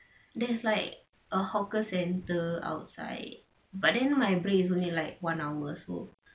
there's like a hawker centre outside but then my break is only like one hour so